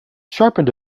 sharpened